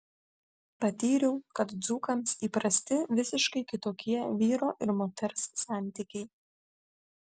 patyriau kad dzūkams įprasti visiškai kitokie vyro ir moters santykiai